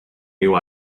new